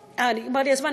נגמר לי הזמן?